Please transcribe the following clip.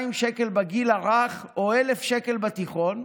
שקל בגיל הרך או 1,000 שקל בתיכון,